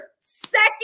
second